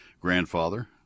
grandfather